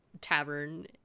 tavern